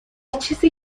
چیزی